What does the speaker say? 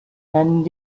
and